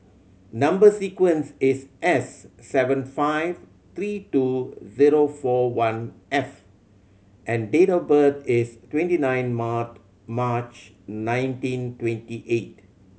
number sequence is S seven five three two zero four one F and date of birth is twenty nine March March nineteen twenty eight